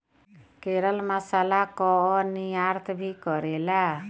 केरल मसाला कअ निर्यात भी करेला